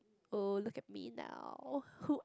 oh look at me now who